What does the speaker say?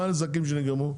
מה הנזקים שנגרמו,